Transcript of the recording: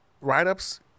write-ups